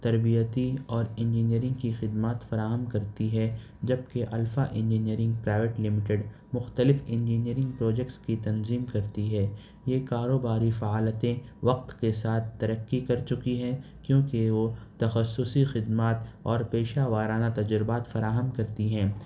تربیتی اور انجینئرنگ کی خدمات فراہم کرتی ہے جب کہ الفا انجینئرنگ پرائیویٹ لمیٹیڈ مختلف انجینئرنگ پروجیکٹس کی تنظیم کرتی ہے یہ کاروباری فعالتیں وقت کے ساتھ ترقی کر چکی ہیں کیوں کہ وہ تخصصی خدمات اور پیشہ وارانہ تجربات فراہم کرتی ہیں